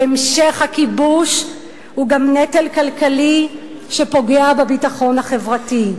והמשך הכיבוש הוא גם נטל כלכלי שפוגע בביטחון החברתי.